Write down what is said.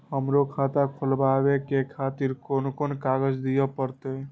हमरो खाता खोलाबे के खातिर कोन कोन कागज दीये परतें?